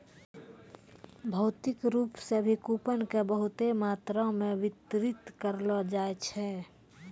भौतिक रूप से भी कूपन के बहुते मात्रा मे वितरित करलो जाय छै